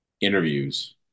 interviews